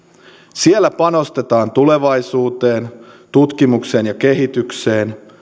siellä panostetaan tulevaisuuteen tutkimukseen ja kehitykseen